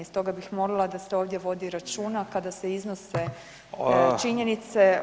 Stoga bih molila da se ovdje vodi računa, kada se iznose činjenice